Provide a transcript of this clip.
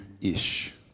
ish